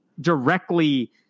directly